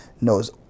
knows